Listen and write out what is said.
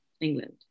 England